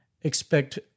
expect